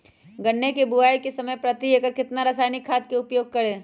गन्ने की बुवाई के समय प्रति एकड़ कितना रासायनिक खाद का उपयोग करें?